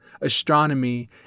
Astronomy